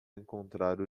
encontrar